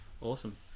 Awesome